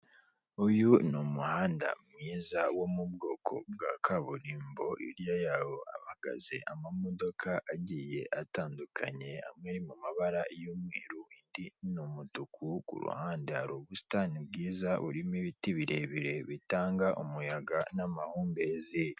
Uyu ni umuhanda mwiza wo mu bwoko bwa kaburimbo hahagaze amamodoka agiye atandukanye amwe ari mu mabara y'umweru indi ni umutuku. Ku ruhande hari ubusitani bwiza urimo ibiti birebire bitanga umuyaga n'amahumbezi.